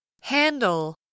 Handle